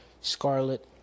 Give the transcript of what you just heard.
Scarlet